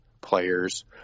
players